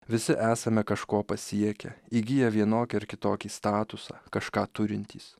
visi esame kažko pasiekę įgiję vienokį ar kitokį statusą kažką turintys